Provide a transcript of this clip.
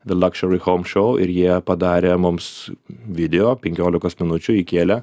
luxury home show ir jie padarė mums video penkiolikos minučių įkėlė